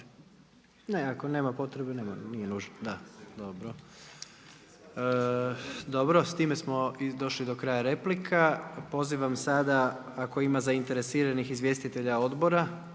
Ne, ako nema potrebe nije nužno.